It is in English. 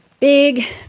big